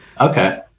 okay